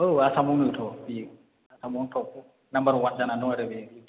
औ आसामावनोथ' बियो आसामावनो ट'प नाम्बार वान जानानै दं आरो बे इउटुबार